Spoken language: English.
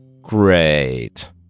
Great